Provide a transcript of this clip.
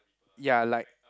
ya like